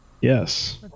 Yes